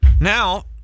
Now